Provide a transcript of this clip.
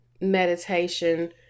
meditation